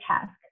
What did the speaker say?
task